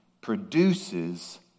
produces